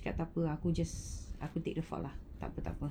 K tak apa aku just aku take the fault lah tak apa tak apa